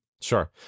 Sure